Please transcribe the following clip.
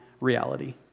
reality